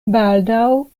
baldaŭ